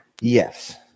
Yes